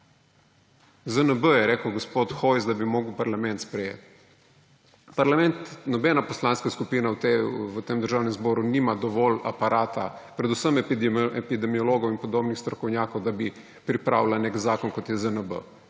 Hojs je rekel, da bi moral parlament sprejeti ZNB. Nobena poslanska skupina v Državnem zboru nima dovolj aparata, predvsem epidemiologov in podobnih strokovnjakov, da bi pripravila zakon, kot je ZNB.